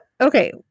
okay